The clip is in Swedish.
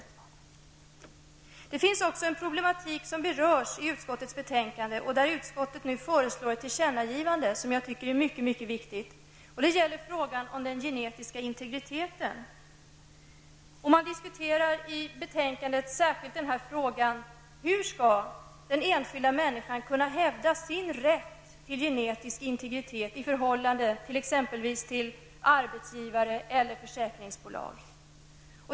Utskottet berör också en annan problematik i sitt betänkande, där utskottet nu föreslår ett tillkännagivande som jag tycker är mycket viktigt. Det gäller frågan om den gen-etiska integriteten. I betänkandet diskuterar man särskilt frågan hur den enskilda människan skall kunna hävda sin rätt till genetisk integritet i förhållande till t.ex. arbetsgivare eller försäkringsbolag.